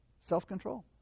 Self-control